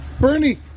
Bernie